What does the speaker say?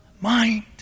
mind